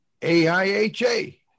AIHA